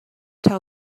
tell